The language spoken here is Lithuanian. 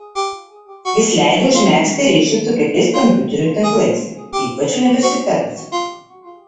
jis leido užmegzti ryšį su kitais kompiuterių tinklais ypač universitetuose